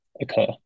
occur